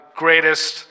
greatest